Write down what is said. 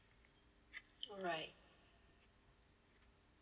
alright